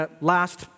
last